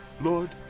Lord